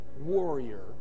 warrior